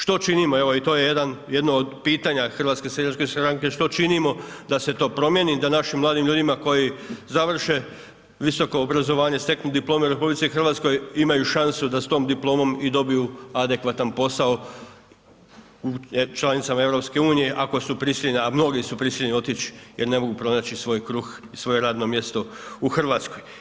Što činimo, evo i to je jedno od pitanja HSS-a, što činimo da to promijenimo, da našim mladim ljudima koji završe visoko obrazovanje, steknu diplome u RH, imaju šansu da s tom diplomom i dobiju adekvatan posao u članicama EU ako su prisiljeni, a mnogi su prisiljeni otić jer ne mogu pronaći svoj kruh i svoje radno mjesto u RH.